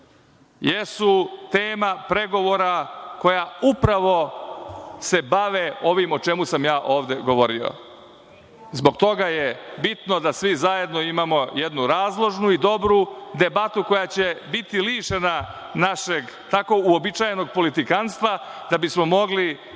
jesu tema pregovara koja se upravo bave ovim o čemu sam ja ovde govorio. Zbog toga je bitno da svi zajedno imamo jednu razložnu i dobru debatu, koja će biti lišena našeg tako uobičajenog politikanstva, da bismo mogli